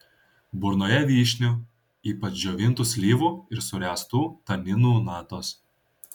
burnoje vyšnių ypač džiovintų slyvų ir suręstų taninų natos